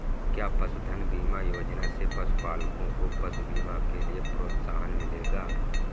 क्या पशुधन बीमा योजना से पशुपालकों को पशु बीमा के लिए प्रोत्साहन मिलेगा?